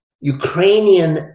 Ukrainian